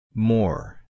More